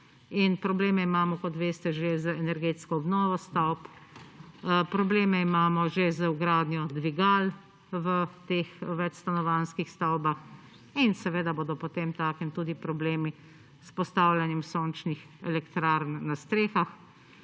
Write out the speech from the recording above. In problem imamo, kot veste že z energetsko obnovo stavb. Probleme imamo že z vgradnjo dvigal v teh večstanovanjskih stavbah in seveda bodo potemtakem tudi problemi s postavljanjem sončnih elektrarn na strehah,